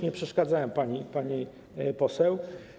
Nie przeszkadzałem pani, pani poseł.